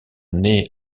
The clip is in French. née